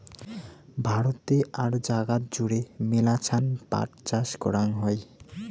ভারতে আর জাগাত জুড়ে মেলাছান পাট চাষ করাং হই